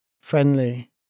friendly